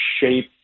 shape